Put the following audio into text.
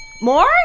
More